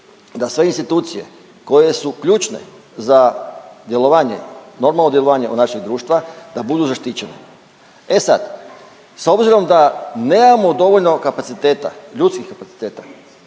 da sve institucije koje su ključne za djelovanje, normalno djelovanje našeg društva da budu zaštićeni. E sad, s obzirom da nemamo dovoljno kapaciteta,